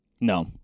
No